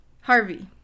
Harvey